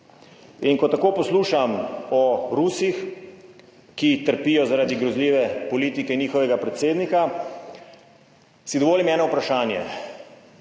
ko tako poslušam o Rusih, ki trpijo zaradi grozljive politike njihovega predsednika, si dovolim eno vprašanje.